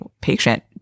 patient